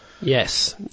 Yes